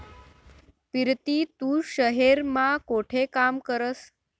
पिरती तू शहेर मा कोठे काम करस?